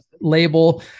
label